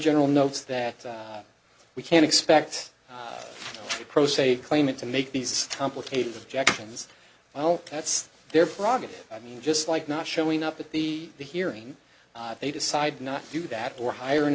general notes that we can expect a pro se claimant to make these complicated projections well that's their prerogative i mean just like not showing up at the the hearing they decide not to do that or hire an